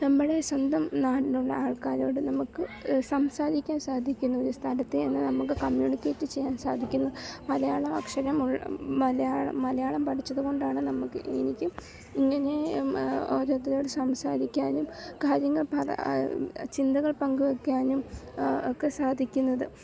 നമ്മുടെ സ്വന്തം നാടിനുള്ള ആൾക്കാരോട് നമുക്ക് സംസാരിക്കാൻ സാധിക്കുന്നു ഒരു സ്ഥലത്ത് ചെന്നാൽ നമുക്ക് കമ്മ്യൂണിക്കേറ്റ് ചെയ്യാൻ സാധിക്കുന്നു മലയാള അക്ഷരം മലയാളം മലയാളം പഠിച്ചതു കൊണ്ടാണ് നമുക്ക് എനിക്ക് ഇങ്ങനെ ഓരോരുത്തരോട് സംസാരിക്കാനും കാര്യങ്ങൾ ചിന്തകൾ പങ്കു വയ്ക്കാനും ഒക്കെ സാധിക്കുന്നത്